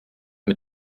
mit